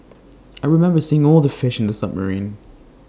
I remember seeing all the fish in the submarine